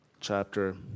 chapter